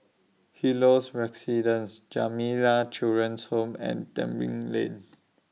Helios Residences Jamiyah Children's Home and Tebing Lane